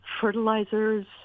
fertilizers